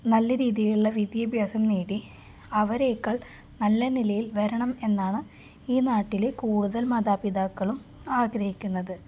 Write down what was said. നല്ല രീതിയിലുള്ള വിദ്യാഭ്യാസം നേടി അവരേക്കാൾ നല്ല നിലയിൽ വരണമെന്നാണ് ഈ നാട്ടില് കൂടുതൽ മാതാപിതാക്കളും ആഗ്രഹിക്കുന്നത്